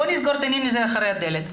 בוא נסגור את הדברים האלה מאחורי הדלת.